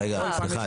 רגע, סליחה.